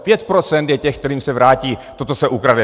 Pět procent je těch, kterým se vrátí to, co se ukradne.